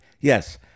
Yes